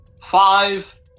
Five